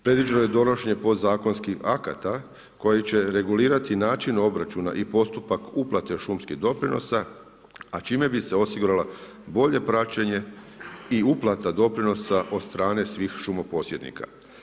Previđeno je donošenje podzakonskih akata koji će regulirati način obračuna i postupak uplate šumskih doprinosa, a čime bi se osigurala bolje praćenje i uplata doprinosa od strane svih šumoposjednika.